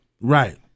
Right